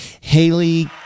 Haley